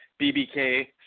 BBK